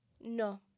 No